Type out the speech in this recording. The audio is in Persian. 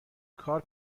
کار